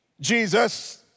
Jesus